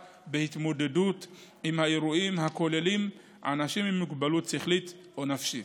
בהתמודדות עם האירועים הכוללים אנשים עם מוגבלות שכלית או נפשית.